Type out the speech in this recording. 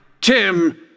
Tim